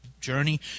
journey